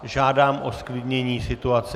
Žádám o zklidnění situace.